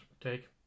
take